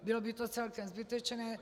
Bylo by to celkem zbytečné.